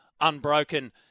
unbroken